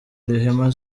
rehema